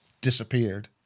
disappeared